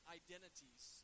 identities